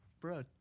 Bro